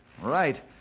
Right